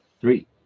Three